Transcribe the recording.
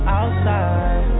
outside